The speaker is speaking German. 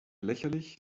lächerlich